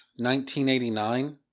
1989